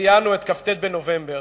ציינו את כ"ט בנובמבר.